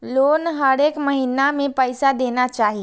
Loan हरेक महीना में पैसा देना चाहि?